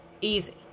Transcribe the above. easy